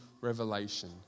revelation